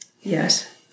Yes